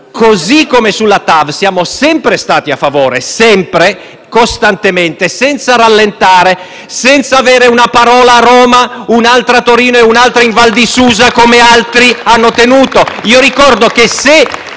perché sul TAV siamo sempre stati a favore, sempre, costantemente, senza rallentare, senza avere una parola a Roma, un'altra a Torino e un'altra in Val di Susa come altri hanno tenuto